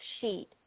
sheet